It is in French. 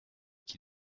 qui